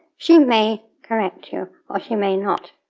she may correct you or she may not.